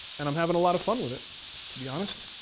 and i'm having a lot of fun with it to be honest.